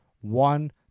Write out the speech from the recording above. one